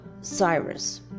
Cyrus